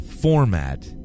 format